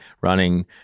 running